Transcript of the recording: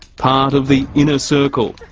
part of the inner circle,